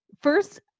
first-